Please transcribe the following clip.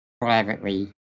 privately